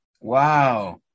Wow